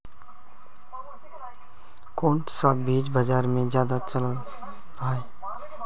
कोन सा बीज बाजार में ज्यादा चलल है?